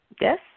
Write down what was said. Yes